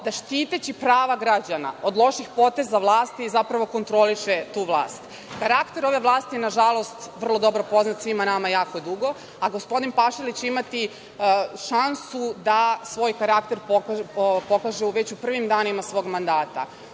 da štiteći prava građana od loših poteza vlasti, zapravo kontroliše tu vlast. Karakter ove vlasti je, nažalost, vrlo dobro poznat svima nama jako dugo, a gospodin Pašalić će imati šansu da svoj karakter pokaže već u prvim danima svog mandata,